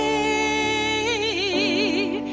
a